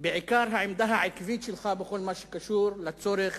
ובעיקר על העמדה העקבית שלך בכל מה שקשור לצורך